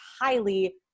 highly